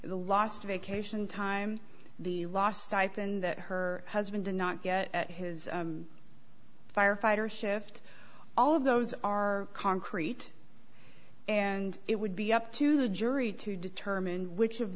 the last vacation time the last stipend that her husband did not get his firefighter shift all of those are concrete and it would be up to the jury to determine which of